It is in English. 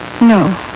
No